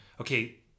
Okay